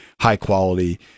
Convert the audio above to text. high-quality